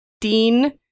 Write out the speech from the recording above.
Dean